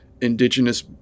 indigenous